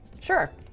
Sure